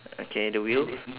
okay the wheels